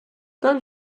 dann